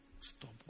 stop